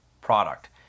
product